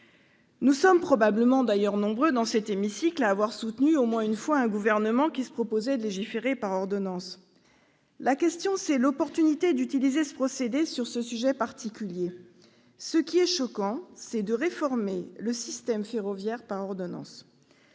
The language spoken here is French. nous sommes probablement nombreux dans cet hémicycle à avoir soutenu, au moins une fois, un gouvernement qui se proposait de légiférer par ordonnance. La question, c'est l'opportunité d'utiliser ce procédé sur ce sujet particulier. Ce qui est choquant, c'est de réformer le système ferroviaire par ordonnances.